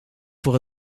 voor